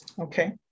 okay